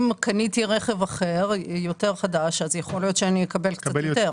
אם קניתי רכב אחר יותר חדש אז יכול להיות שאני אקבל קצת יותר.